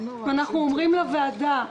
אנחנו אומרים לוועדה: